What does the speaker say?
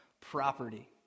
property